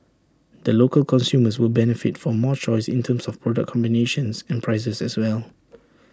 the local consumers will benefit from more choice in terms of product combinations and prices as well